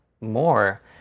more